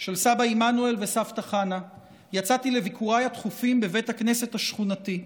של סבא עמנואל וסבתא חנה יצאתי לביקוריי התכופים בבית הכנסת השכונתי,